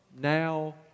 now